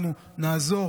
אנחנו נעזור,